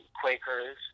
Quakers